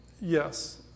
Yes